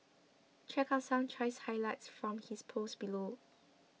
check out some choice highlights from his post below